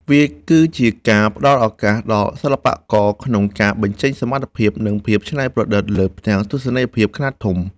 វាគឺជាការផ្ដល់ឱកាសដល់សិល្បករខ្មែរក្នុងការបញ្ចេញសមត្ថភាព និងភាពច្នៃប្រឌិតលើផ្ទាំងទស្សនីយភាពខ្នាតធំ។